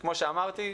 כמו שאמרתי,